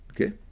Okay